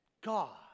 God